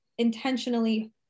intentionally